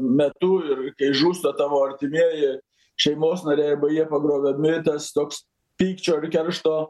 metu ir kai žūsta tavo artimieji šeimos nariai arba jie pagrobiami tas toks pykčio ir keršto